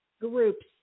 groups